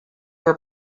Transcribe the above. were